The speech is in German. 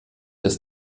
dass